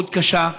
מאוד קשה,